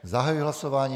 Zahajuji hlasování.